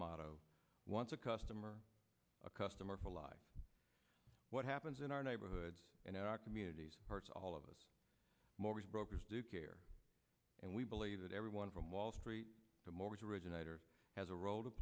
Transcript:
motto once a customer a customer for life what happens in our neighborhoods and iraq communities hurts all of us more is broke is due care and we believe that everyone from wall street to mortgage originators has a role to